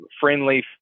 friendly